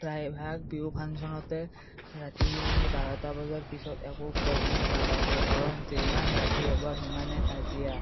প্ৰায়ভাগ বিহু ফাংছনতে ৰাতি বাৰটা বজাৰ পিছত একো প্ৰগ্ৰেম নাৰাখোঁ কাৰণ যিমান ৰাতি হ'ব সিমানে কাজিয়া